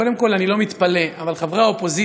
קודם כול, אני לא מתפלא, אבל חברי האופוזיציה,